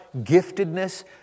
giftedness